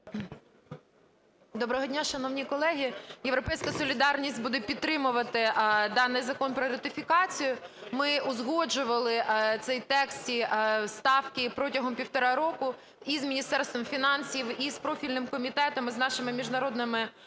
Доброго дня, шановні колеги. "Європейська солідарність" буде підтримувати даний Закон про ратифікацію. Ми узгоджували це і в текст, ці ставки протягом півтора року і з Міністерством фінансів, і з профільним комітетом, і з нашими міжнародними партнерами.